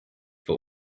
for